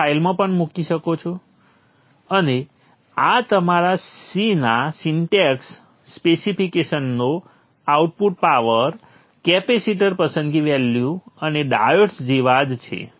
તમે ફાઇલમાં પણ મૂકી શકો છો અને આ તમારા C ના સિન્ટેક્સ સ્પેસિફિકેશનો આઉટપુટ પાવર કેપેસિટર પસંદગી વેલ્યુ અને ડાયોડ્સ જેવા જ છે